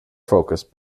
focus